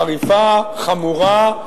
חריפה, חמורה,